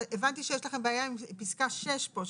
הבנתי שיש לכם בעיה עם פסקה 6 פה,